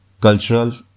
cultural